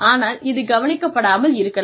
ஆனால் இது கவனிக்கப்படாமல் இருக்கலாம்